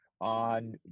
on